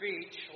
speech